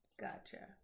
Gotcha